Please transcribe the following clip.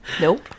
Nope